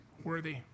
Worthy